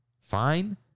fine